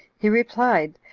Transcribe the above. he replied,